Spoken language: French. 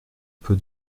peu